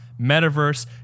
Metaverse